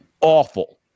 awful